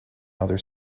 other